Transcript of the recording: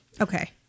Okay